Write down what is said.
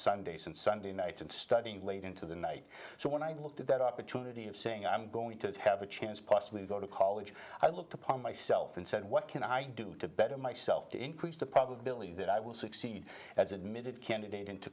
and sunday nights and studying late into the night so when i looked at that opportunity of saying i'm going to have a chance possibly go to college i looked upon myself and said what can i do to better myself to increase the probability that i will succeed as admitted candidate into